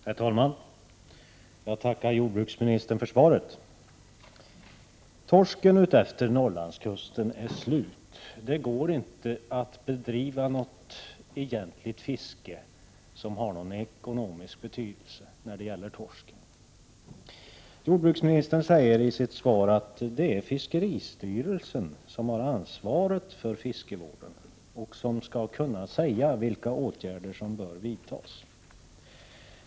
Herr talman! Jag tackar jordbruksministern för svaret. Torsken utefter Norrlandskusten är slut. Det går inte att bedriva något egentligt torskfiske som har någon ekonomisk betydelse. Jordbruksministern säger i sitt svar att det är fiskeristyrelsen som har ansvaret för fiskevården och som skall kunna säga vilka åtgärder som bör vidtas.